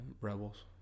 Rebels